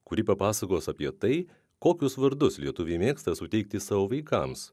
kuri papasakos apie tai kokius vardus lietuviai mėgsta suteikti savo vaikams